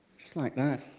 just like that.